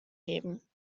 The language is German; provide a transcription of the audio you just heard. geben